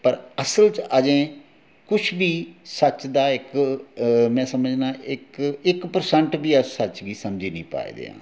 पर असल च अजें कुछ बी सच दा इक परसैंट सच्च गी समझी नेईं पाएआ